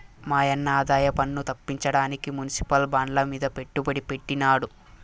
మాయన్న ఆదాయపన్ను తప్పించడానికి మునిసిపల్ బాండ్లమీద పెట్టుబడి పెట్టినాడు